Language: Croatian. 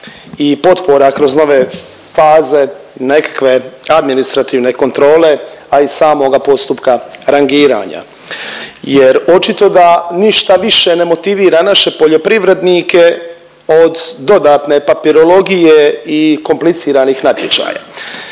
i potpora kroz nove faze nekakve administrativne kontrole, a i samoga postupka rangiranja jer očito da ništa više ne motivira naše poljoprivrednike od dodatne papirologije i kompliciranih natječaja.